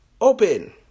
open